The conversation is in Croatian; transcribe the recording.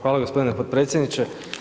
Hvala gospodine potpredsjedniče.